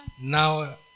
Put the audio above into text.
now